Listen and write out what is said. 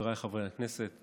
חבריי חברי הכנסת,